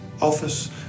office